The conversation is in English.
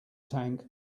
tank